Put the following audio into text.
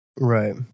right